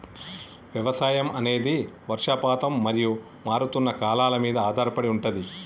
వ్యవసాయం అనేది వర్షపాతం మరియు మారుతున్న కాలాల మీద ఆధారపడి ఉంటది